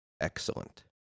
excellent